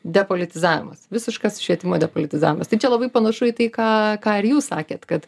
depolitizavimas visiškas švietimo depolitizavimas tai čia labai panašu į tai ką ką ir jūs sakėt kad